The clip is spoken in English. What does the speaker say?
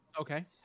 Okay